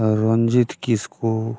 Ranjit Kisku